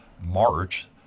March